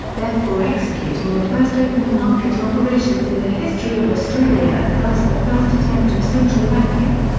therefore executing the first open market operations in the history of australia and thus the first attempt of central banking.